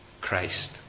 Christ